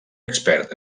expert